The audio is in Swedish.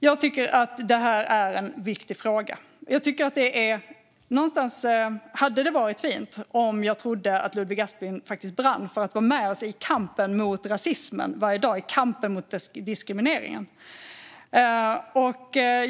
Jag tycker att detta är en viktig fråga. Någonstans hade det varit fint om jag trodde att Ludvig Aspling faktiskt brann för att vara med oss i kampen mot rasismen och i kampen mot diskrimineringen varje dag.